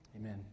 Amen